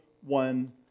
one